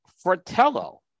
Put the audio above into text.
Fratello